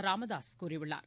ராமதாசு கூறியுள்ளார்